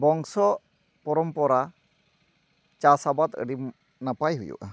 ᱵᱚᱝᱥᱚ ᱯᱚᱨᱚᱢᱯᱚᱨᱟ ᱪᱟᱥ ᱟᱵᱟᱫᱽ ᱟᱹᱰᱤ ᱱᱟᱯᱟᱭ ᱦᱩᱭᱩᱜᱼᱟ